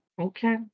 okay